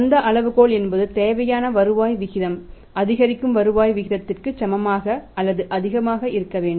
அந்த அளவு என்பது தேவையான வருவாய் விகிதம் அதிகரிக்கும் வருவாய் விகிதத்திற்கு சமமாக அல்லது அதிகமாக இருக்க வேண்டும்